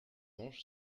anges